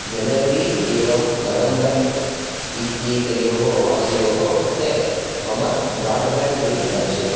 January एवं November एत्येतयोः मासयोः कृते मम ब्रोड्बाण्ड् बिल् दर्शय